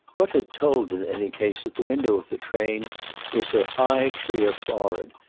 what had told in any case at the window of the train was her high clear forehead,